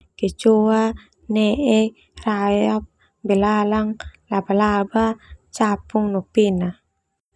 Kecoak neek rayap, belalang, laba-laba, capung, no pena.